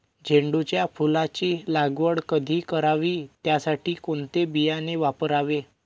झेंडूच्या फुलांची लागवड कधी करावी? त्यासाठी कोणते बियाणे वापरावे?